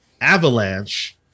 Avalanche